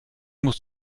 musst